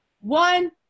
one